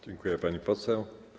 Dziękuję, pani poseł.